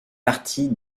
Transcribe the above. partie